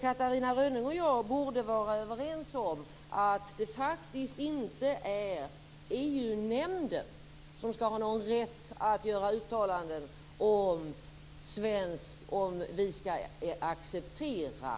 Catarina Rönnung och jag borde vara överens om att det faktiskt inte är EU nämnden som skall ha rätt att uttala sig om ifall vi skall acceptera